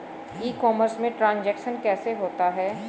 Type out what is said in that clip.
ई commerce में transaction कैसे होता है?